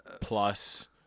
plus